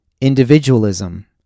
individualism